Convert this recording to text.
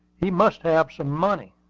he must have some money.